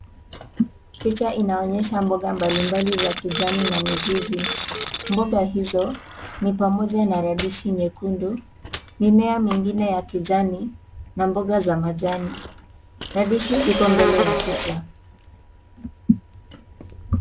Picha inaonyesha mboga mbalimbali za kijani na mizizi. Mboga hizo ni pamoja na radishi nyekundu, mimea mingine ya kijani na mboga za majani. Radishi ziko mbele ya picha.